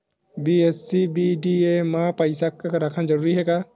BSBDA मा पईसा रखना जरूरी हे का?